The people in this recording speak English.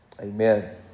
Amen